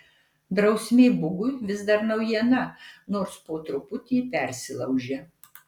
drausmė bugui vis dar naujiena nors po truputį persilaužia